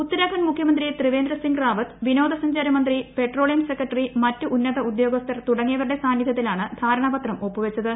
ഉത്തരാഖണ്ഡ് മുഖ്യമന്ത്രി ത്രിവേന്ദ്ര സിംഗ് റാവത്ത് വിനോദസഞ്ചാര മന്ത്രി പെട്രോളിയം സെക്രട്ടറി മറ്റ് ഉന്നത ഉദ്യോഗസ്ഥർ തുടങ്ങിയവരുടെ സാന്നിധൃത്തിലാണ് ധാരണാപത്രം ഒപ്പുവച്ചത്